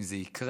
שאם זה יקרה,